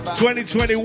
2021